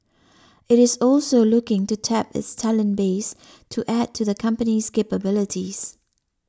it is also looking to tap its talent base to add to the company's capabilities